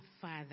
Father